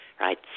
right